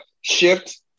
shift